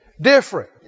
different